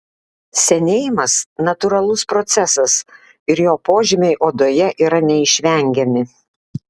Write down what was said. senėjimas natūralus procesas ir jo požymiai odoje yra neišvengiami